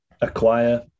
acquire